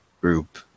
group